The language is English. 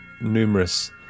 numerous